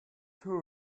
too